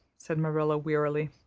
said marilla wearily.